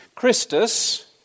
Christus